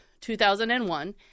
2001